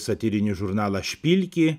satyrinį žurnalą špilki